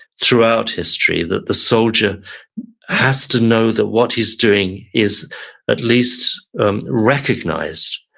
throughout history, that the soldier has to know that what he's doing is at least recognized,